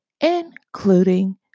Including